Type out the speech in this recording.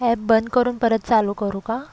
app बंद करून परत चालू करू का